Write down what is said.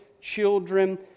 children